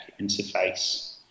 interface